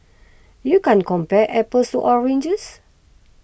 you can't compare apples oranges